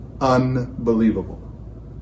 unbelievable